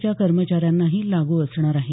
च्या कर्मचाऱ्यांनाही लागू असणार आहेत